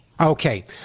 Okay